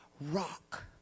rock